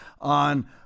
on